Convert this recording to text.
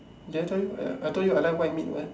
did I tell you I told you I like white meat one